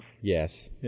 Yes